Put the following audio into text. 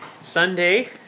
Sunday